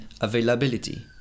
availability